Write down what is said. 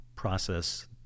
process